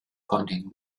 pointing